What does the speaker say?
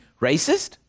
racist